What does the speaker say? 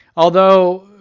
although,